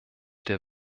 der